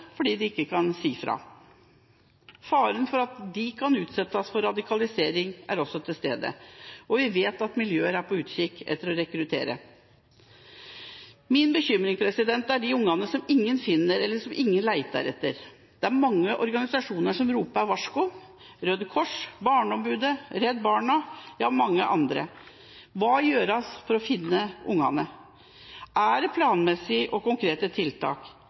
fordi de ikke kan si fra. Faren for at de kan utsettes for radikalisering er også til stede, og vi vet at miljøer er på utkikk for å rekruttere. Min bekymring er de ungene som ingen finner, eller som ingen leter etter. Det er mange organisasjoner som roper varsko, som Røde Kors, Barneombudet, Redd Barna og mange andre. Hva gjøres for å finne ungene? Er det planmessig, er det konkrete tiltak,